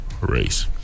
race